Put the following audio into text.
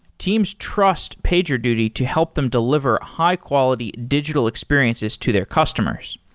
teams trust pagerduty to help them deliver high-quality digital experiences to their customers.